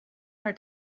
our